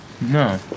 No